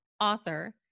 author